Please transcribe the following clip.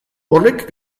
horrek